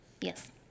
Yes